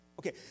Okay